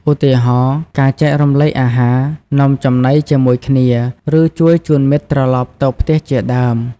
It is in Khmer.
ឧទាហរណ៍ ការចែករំលែកអាហារ នំចំណីជាមួយគ្នា ឬ ជួយជូនមិត្តត្រឡប់ទៅផ្ទះជាដើម។